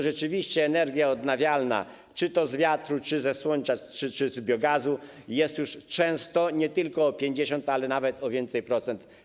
Rzeczywiście energia odnawialna - czy to z wiatru, czy ze słońca, czy z biogazu - jest już często tańsza nie tylko o 50%, ale nawet o więcej procent.